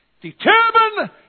Determine